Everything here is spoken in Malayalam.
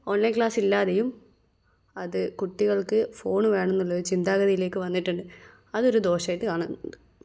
ഓൺലൈൻ ക്ലാസ് ഇല്ലാതെയും അത് കുട്ടികൾക്ക് ഫോൺ വേണം എന്നുള്ളൊരു ചിന്താഗതിയിലേക്ക് വന്നിട്ടുണ്ട് അതൊരു ദോഷമായിട്ട് കാണുന്നുണ്ട്